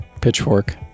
pitchfork